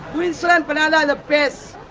queensland banana are the best,